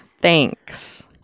Thanks